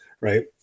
right